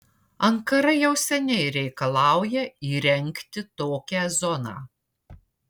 ankara jau seniai reikalauja įrengti tokią zoną